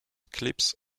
clips